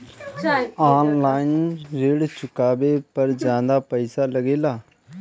आन line ऋण चुकावे पर ज्यादा पईसा लगेला?